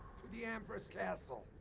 to the emperor's castle.